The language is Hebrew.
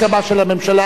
יש הסכמה של הממשלה.